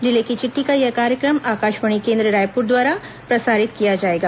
जिले की चिट्ठी का यह कार्यक्रम आकाशवाणी केंद्र रायपुर द्वारा प्रसारित किया जाएगा